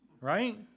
right